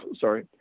sorry –